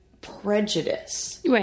prejudice